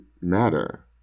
matter